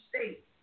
state